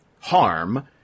harm